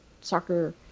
soccer